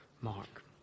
mark